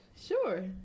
Sure